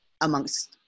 amongst